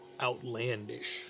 outlandish